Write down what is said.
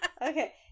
Okay